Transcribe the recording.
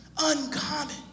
Uncommon